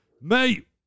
mate